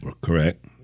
Correct